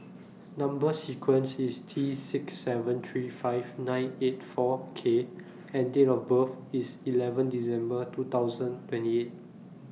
Number sequence IS T six seven three five nine eight four K and Date of birth IS eleven December two thousand twenty eight